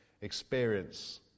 experience